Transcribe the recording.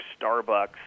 Starbucks